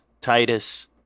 Titus